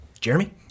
Jeremy